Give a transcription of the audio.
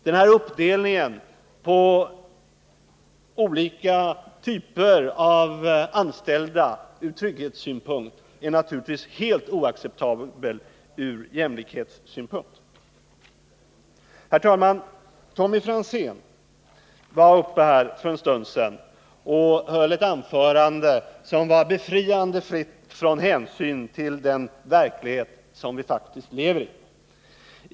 Den här uppdelningen på olika typer av anställningstrygghet är naturligtvis helt oacceptabel ur jämlikhetssynpunkt. Herr talman! Tommy Franzén var uppe i talarstolen för en stund sedan och höll ett anförande som var befriande fritt från hänsyn till den verklighet som vi faktiskt lever i.